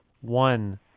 one